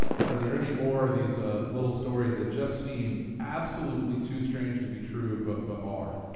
are there any more of these ah little stories that just seem absolutely too strange to be true, but but are?